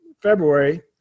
February